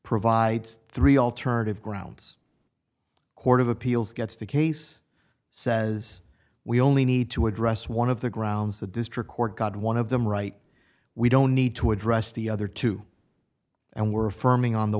provides three alternative grounds court of appeals gets the case says we only need to address one of the grounds the district court got one of them right we don't need to address the other two and were affirming on the